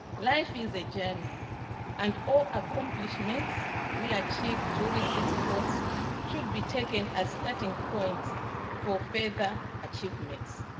life is a journey and all accomplishments we achieve during its course should be taken as starting points for further achievements.